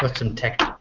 but can text